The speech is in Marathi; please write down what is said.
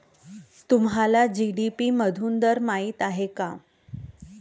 तुम्हाला जी.डी.पी मधून दर माहित आहे का?